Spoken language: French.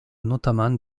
notamment